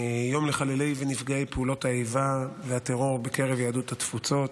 יום לחללי ונפגעי פעולות האיבה והטרור בקרב יהדות התפוצות.